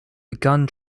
begun